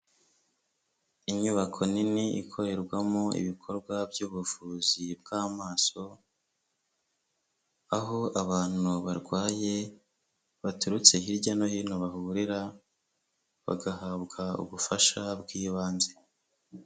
Inyubako nini ikorerwamo ibikorwa by'ubuvuzi bw'amaso, aho abantu barwaye, baturutse hirya no hino bahurira, bagahabwa ubufasha bw'ibanze.